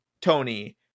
tony